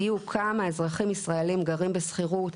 בדיוק כמה אזרחים ישראלים גרים בשכירות,